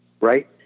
right